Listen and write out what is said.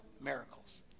miracles